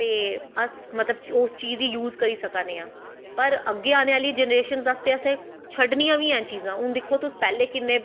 ते अस मतलव कि उस चीज़ गी यूज़ करी सका ने आं पर अग्गैं आनें आह्ली जनरेशनस आस्तै असैं छड्डनियां बी हैन चीज़ां हून तुस दिक्खो पैह्लैं